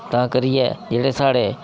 तां करियै जेह्ड़े साढ़े